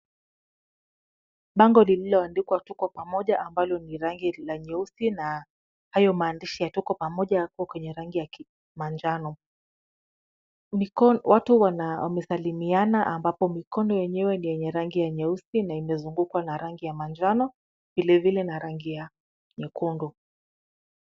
Bango lililoandikwa Tuko Pamoja nyeusi ambalo ni rangi ya nyeusi na hayo maandishi ya Tuko Pamoja yako kwenye rangi ya manjano. Watu wamesalimiana ambapo mikono yenyewe ni yenye rangi ya nyeusi na imezungukwa na rangi ya manjano vile vile na rangi ya nyekundu.